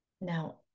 Now